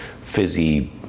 fizzy